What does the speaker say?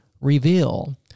reveal